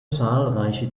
zahlreiche